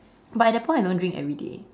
but at that point I don't drink everyday